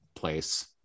place